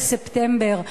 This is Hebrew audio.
לספטמבר,